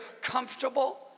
comfortable